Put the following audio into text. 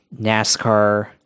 NASCAR